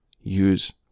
use